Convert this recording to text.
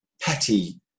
petty